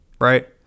right